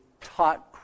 taught